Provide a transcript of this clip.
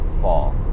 fall